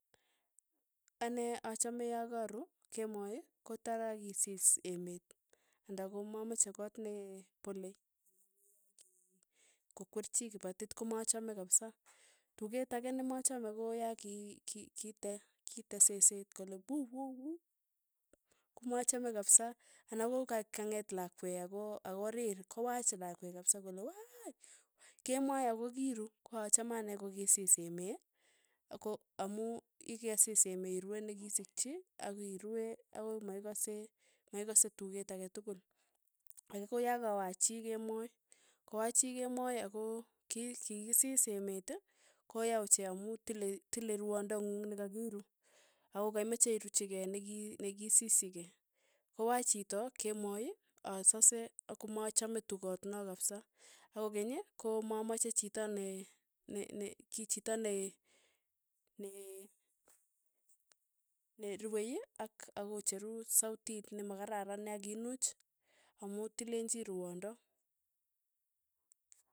Ane achame ya karu kemoi, kotara kisis emet anda komameche keet ne pole anan ko ya ki kokwer chi kipatit komachame kapsa, tuket ake nemache ko ya ki- ki- kitee kitee seseet kole wuu wuu wuu, komachame kapisa ana ko kang'et lakwe ako ako rir, kowaach lakwe kapisa ako weei, kemoi ako kiru, ko achame ane ko ki siis emee, ako amu ikesiis emeet irue nekisikchi, akirue akoi maikase maiksase tuket ake tukul, ake ko ya kawach chii kemoi. kowaach chii kemoi ako ki kisis emeet koya ochei amu tile tile rwondo ng'ung nekakiru, ako kaimache iruchi kei neki nekisischikei, kowach chito kemoi asase akomache tukot no kapsa, ako keny, ko mamache chito ne- ne- ne kichito ne- ne- ne ruei ak akocheru sautit ne makararan ya kinuuch. amu tilenchii rwondo.